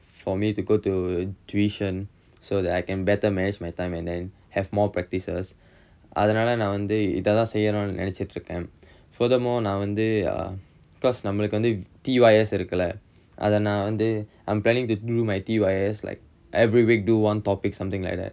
for me to go to tuition so that I can better manage my time and then have more practices அதனால நா வந்து இதெல்லாம் செய்யனுனு நினைச்சிட்டு இருக்கேன்:athanaala naa vanthu ithellaam seiyanunu ninaichittu irukkaen furthermore நா வந்து:naa vanthu because நம்மளுக்கு வந்து:nammalukku vanthu T_Y_S இருக்குல்ல அத நா வந்து:irukkulla atha naa vanthu I'm planning to do my T_Y_S like every week do one topic something like that